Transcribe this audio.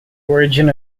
origin